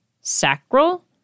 sacral